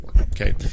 okay